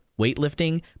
weightlifting